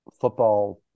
football